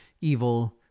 evil